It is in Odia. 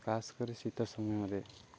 ଖାସ୍ କରି ଶୀତ ସମୟରେ